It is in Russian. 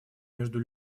между